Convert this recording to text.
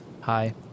Hi